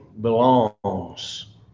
belongs